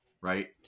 right